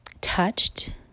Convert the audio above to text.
touched